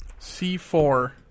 C4